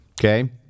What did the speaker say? Okay